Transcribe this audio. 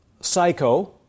psycho